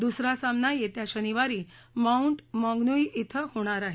दुसरा सामना येत्या शनिवारी माऊंट मॉगंनुई श्रिं होणार आहे